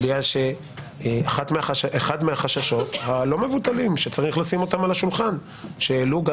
מאחר ואחד החששות הלא מבוטלים שצריך לשים אותם על השולחן שהעלו גם